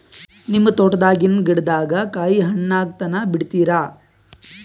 ನಿಮ್ಮ ತೋಟದಾಗಿನ್ ಗಿಡದಾಗ ಕಾಯಿ ಹಣ್ಣಾಗ ತನಾ ಬಿಡತೀರ?